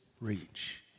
reach